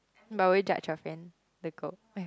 but will you judge your friend the girl (aiya)